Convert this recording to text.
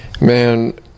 man